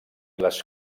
les